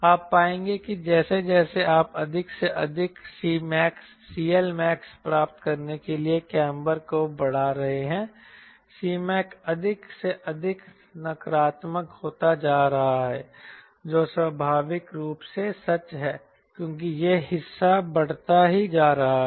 आप पाएंगे कि जैसे जैसे आप अधिक से अधिक CLmax प्राप्त करने के लिए कैमर को बढ़ा रहे हैं Cmac अधिक से अधिक नकारात्मक होता जा रहा है जो स्वाभाविक रूप से सच है क्योंकि यह हिस्सा बढ़ता ही जा रहा है